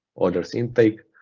orders intake,